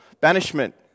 Banishment